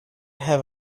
have